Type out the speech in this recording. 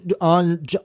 on